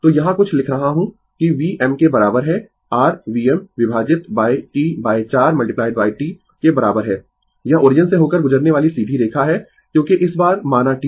तो यहाँ कुछ लिख रहा हूँ कि v m के बराबर है r Vm विभाजित T 4 T के बराबर है यह ओरिजिन से होकर गुजरने वाली सीधी रेखा है क्योंकि इस बार माना T